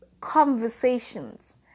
conversations